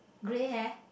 grey hair